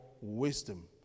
wisdom